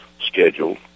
scheduled